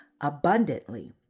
abundantly